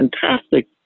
fantastic